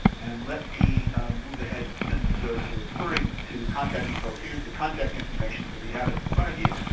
and let me move ahead, since so we're referring to contacting folks, here's the contact information, so that you have it in front of you.